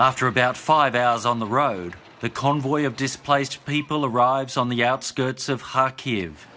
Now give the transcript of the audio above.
after about five hours on the road the convoy of displaced people arrives on the outskirts of hockey